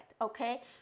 okay